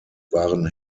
waren